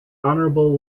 honorable